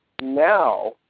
now